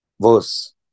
verse